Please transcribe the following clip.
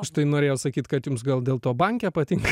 aš tai norėjau sakyt kad jums gal dėl to banke patinka